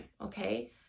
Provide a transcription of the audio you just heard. okay